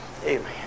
Amen